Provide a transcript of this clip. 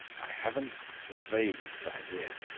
i haven't the vaguest idea.